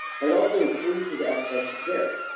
but it also increases access to care.